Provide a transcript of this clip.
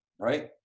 right